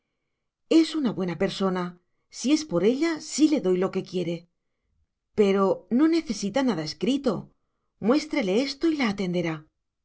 es una buena persona si es por ella sí le doy lo que quiere pero no necesita nada escrito muéstrele esto y la atenderá